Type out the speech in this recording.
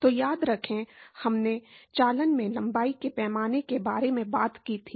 तो याद रखें हमने चालन में लंबाई के पैमाने के बारे में बात की थी